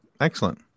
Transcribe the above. Excellent